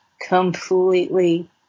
completely